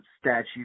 statute